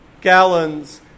gallons